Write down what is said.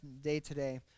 day-to-day